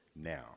now